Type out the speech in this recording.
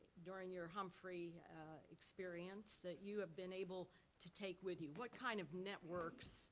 during your humphrey experience that you have been able to take with you? what kind of networks